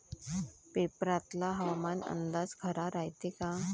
पेपरातला हवामान अंदाज खरा रायते का?